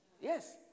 Yes